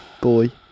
boy